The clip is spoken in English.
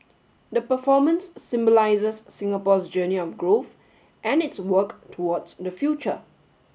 the performance symbolises Singapore's journey of growth and its work towards the future